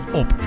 op